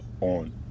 on